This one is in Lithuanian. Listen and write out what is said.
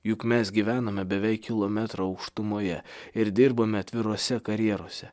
juk mes gyvenome beveik kilometro aukštumoje ir dirbome atviruose karjeruose